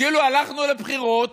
כאילו, הלכנו לבחירות,